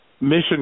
mission